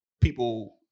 People